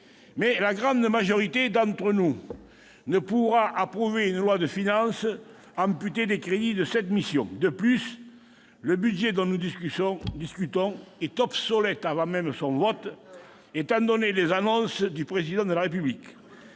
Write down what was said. Mais la grande majorité d'entre nous ne pourra pas approuver une loi de finances amputée des crédits de sept missions. De plus, le budget dont nous discutons est obsolète avant même son vote, étant donné les annonces du Président de la République.